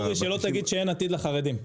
אורי, שלא תגיד שאין עתיד לחרדים...